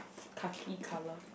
khaki colour